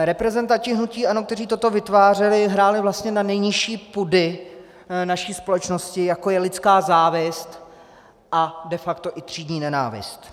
Reprezentanti hnutí ANO, kteří toto vytvářeli, hráli vlastně na nejnižší pudy naší společnosti, jako je lidská závist a de facto i třídní nenávist.